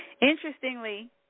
Interestingly